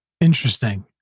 Interesting